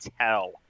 tell